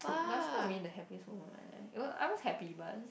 but it's not really the happiest moment of my life it I was happy but